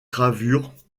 gravures